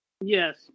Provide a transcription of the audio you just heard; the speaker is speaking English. Yes